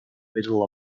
middle